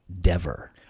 Dever